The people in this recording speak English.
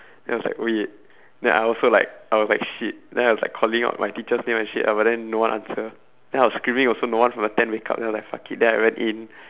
then I was like wait then I also like I was like shit then I was like calling out my teacher's name and shit ah but then no one answer then I was screaming also no one from the tent wake up then I was like fuck it then I went in